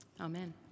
Amen